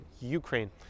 Ukraine